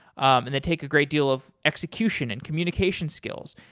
and they take a great deal of execution and communication skills,